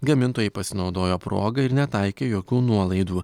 gamintojai pasinaudojo proga ir netaikė jokių nuolaidų